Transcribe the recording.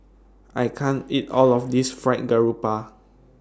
I can't eat All of This Fried Garoupa